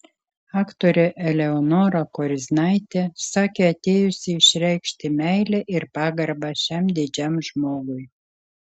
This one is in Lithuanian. aktorė eleonora koriznaitė sakė atėjusi išreikšti meilę ir pagarbą šiam didžiam žmogui